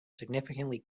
significantly